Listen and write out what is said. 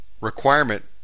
requirement